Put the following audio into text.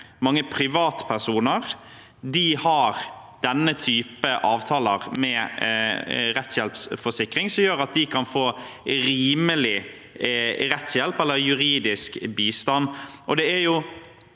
mange privatpersoner i Norge har denne typen avtaler med rettshjelpsforsikring, som gjør at de kan få rimelig rettshjelp eller juridisk bistand.